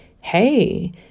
hey –